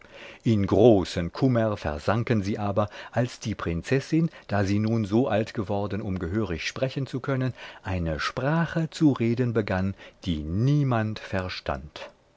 in großen kummer versanken sie aber als die prinzessin da sie nun so alt geworden um gehörig sprechen zu können eine sprache zu reden begann die niemand verstand